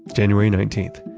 january nineteenth.